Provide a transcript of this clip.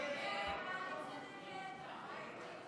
ההסתייגות (31) של חברי הכנסת